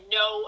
no